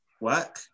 work